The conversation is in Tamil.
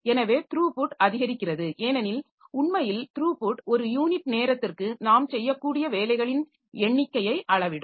எனவே த்ரூபுட் அதிகரிக்கிறது ஏனெனில் உண்மையில் த்ரூபுட் ஒரு யூனிட் நேரத்திற்கு நாம் செய்யக்கூடிய வேலைகளின் எண்ணிக்கையை அளவிடும்